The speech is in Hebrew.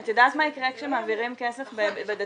ואז -- אתה יודעת מה יקרה כאשר מעבירים כסף בדצמבר?